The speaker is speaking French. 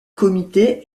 comité